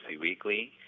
Weekly